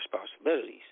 responsibilities